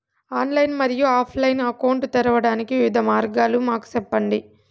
Online మరియు offline account తెరవడానికి వివిధ మార్గాలు మాకు సెప్పండి?